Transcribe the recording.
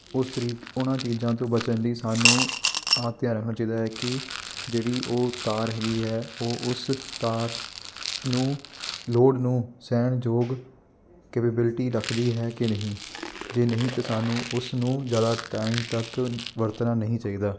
ਉਹ ਸਰੀਕ ਉਹਨਾਂ ਚੀਜ਼ਾਂ ਤੋਂ ਬਚਣ ਲਈ ਸਾਨੂੰ ਆਹ ਧਿਆਨ ਰੱਖਣਾ ਚਾਹੀਦਾ ਹੈ ਕਿ ਜਿਹੜੀ ਉਹ ਤਾਰ ਹੈਗੀ ਹੈ ਉਹ ਉਸ ਤਾਰ ਨੂੰ ਲੋਡ ਨੂੰ ਸਹਿਣਯੋਗ ਕਿਵੇਬਿਲਿਟੀ ਰੱਖਦੀ ਹੈ ਕਿ ਨਹੀਂ ਜੇ ਨਹੀਂ ਤਾਂ ਸਾਨੂੰ ਉਸ ਨੂੰ ਜ਼ਿਆਦਾ ਟਾਈਮ ਤੱਕ ਵਰਤਣਾ ਨਹੀਂ ਚਾਹੀਦਾ